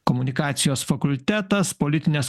komunikacijos fakultetas politinės